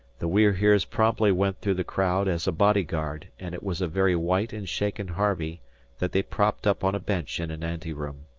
the we're heres promptly went through the crowd as a body-guard, and it was a very white and shaken harvey that they propped up on a bench in an anteroom.